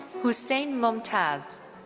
hussain mumtaz.